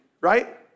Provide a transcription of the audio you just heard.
right